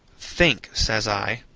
think, says i.